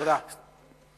תודה.